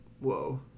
Whoa